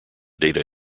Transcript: data